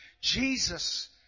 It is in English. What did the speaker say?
Jesus